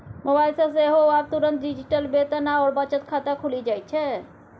mobile सँ सेहो आब तुरंत डिजिटल वेतन आओर बचत खाता खुलि जाइत छै